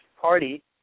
party